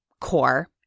core